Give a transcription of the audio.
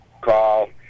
call